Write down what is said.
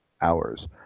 hours